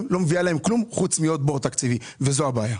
לא מביאה להן כלום חוץ מעוד בור תקציבי וזו הבעיה.